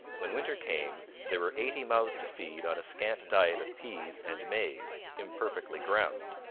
when winter came, there were eighty mouths to feed on a scant diet of peas and maize, imperfectly ground,